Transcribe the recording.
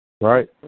right